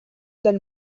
del